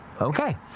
Okay